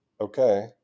Okay